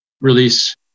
release